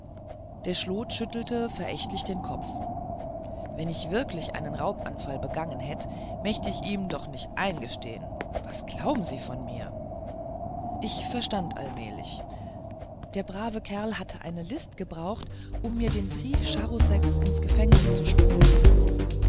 der schlot schüttelte verächtlich den kopf wenn ich wirklich einen raub auf all begangen hätt mecht ich ihm doch nicht eingestähen was glauben sie von mir ich verstand allmählich der brave kerl hatte eine list gebraucht um mir den brief charouseks ins gefängnis zu schmuggeln